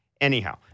Anyhow